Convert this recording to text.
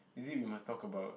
is it we must talk about